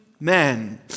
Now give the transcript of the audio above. Men